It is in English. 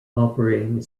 operating